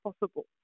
possible